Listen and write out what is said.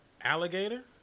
alligator